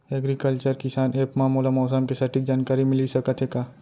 Agriculture Kisan app मा मोला मौसम के सटीक जानकारी मिलिस सकत हे का?